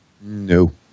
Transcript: No